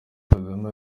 kagame